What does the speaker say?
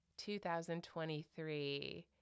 2023